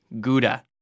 gouda